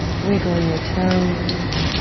wiggle your toes.